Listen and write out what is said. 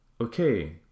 okay